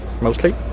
mostly